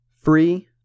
free